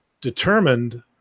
determined